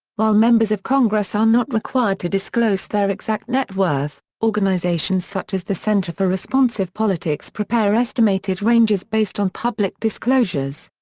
while members of congress are not required to disclose their exact net worth, organizations such as the center for responsive politics prepare estimated ranges based on public disclosures.